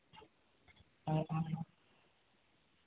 ᱦᱮᱸ ᱟᱨ